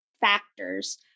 factors